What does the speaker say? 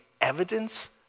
evidence